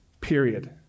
period